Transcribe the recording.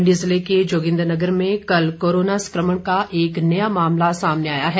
मंडी ज़िले के जोगिन्द्रनगर में कल कोरोना संक्रमण का एक नया मामला सामने आया है